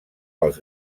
pels